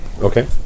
Okay